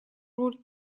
роль